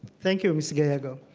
thank you, ms. gallego.